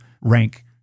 rank